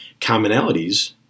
Commonalities